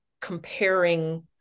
comparing